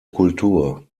kultur